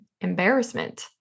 embarrassment